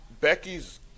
Becky's